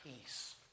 peace